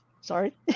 sorry